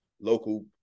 local